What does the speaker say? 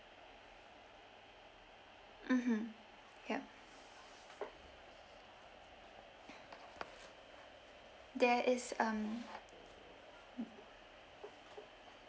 mmhmm ya there is um